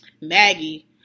Maggie